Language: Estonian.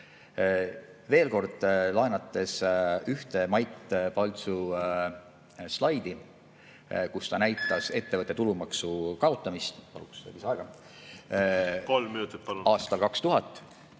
Veel kord, laenates ühte Mait Paltsu slaidi, kus ta näitas ettevõtte tulumaksu kaotamist … Paluks